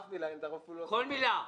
הקשבתי לכל מילה.